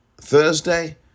Thursday